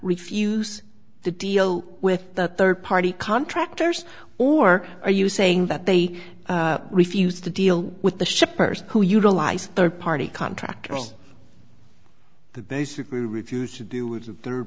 refuse to deal with the third party contractors or are you saying that they refused to deal with the shippers who utilize third party contractors the basically refused to do with third